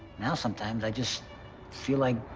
now sometimes i just feel like